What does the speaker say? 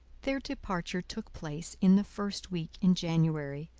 their departure took place in the first week in january.